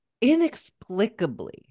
inexplicably